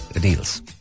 deals